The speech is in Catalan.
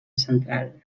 central